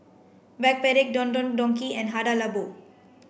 Backpedic Don Don Donki and Hada Labo